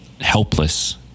helpless